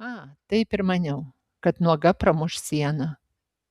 a taip ir maniau kad nuoga pramuš sieną